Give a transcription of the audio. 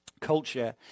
culture